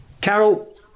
Carol